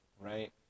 right